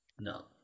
No